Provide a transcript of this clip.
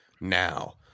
now